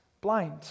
Blind